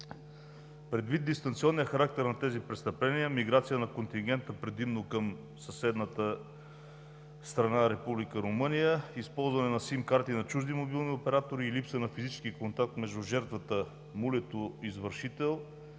Предвид дистанционния характер на тези престъпления, миграцията на контингента – предимно към съседната страна Република Румъния, използването на SIM карти на чужди мобилни оператори и липса на физически контакт между жертвата, мулето – извършител,